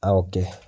ആ ഓക്കെ